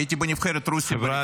הייתי בנבחרת רוסיה בריצה -- חבריי,